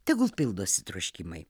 tegul pildosi troškimai